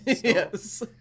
Yes